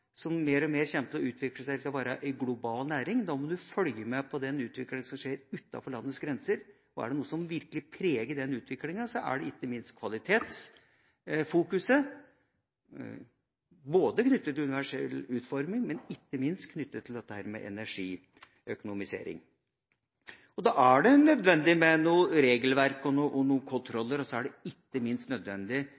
som mer og mer kommer til å utvikle seg til å bli en global næring. Da må man følge med på den utviklinga som skjer utenfor landets grenser. Og er det noe som virkelig preger den utviklinga, er det ikke minst fokuset på kvalitet, knyttet til universell utforming og ikke minst dette med energiøkonomisering. Da er det nødvendig med regelverk og kontroller, og så er det ikke minst nødvendig med